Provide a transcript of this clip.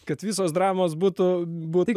kad visos dramos būtų būtų